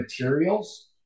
materials